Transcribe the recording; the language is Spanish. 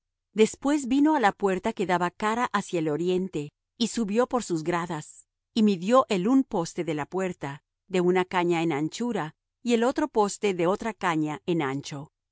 después vino á la puerta que daba cara hacia el oriente y subió por sus gradas y midió el un poste de la puerta de una caña en anchura y el otro poste de otra caña en ancho